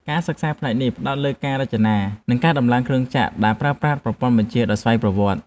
ការសិក្សាផ្នែកនេះផ្តោតលើការរចនា និងការដំឡើងគ្រឿងចក្រដែលប្រើប្រាស់ប្រព័ន្ធបញ្ជាដោយស្វ័យប្រវត្តិ។